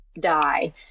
die